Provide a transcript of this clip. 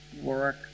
work